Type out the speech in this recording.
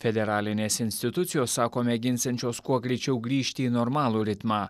federalinės institucijos sako mėginsiančios kuo greičiau grįžti į normalų ritmą